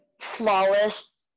flawless